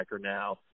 now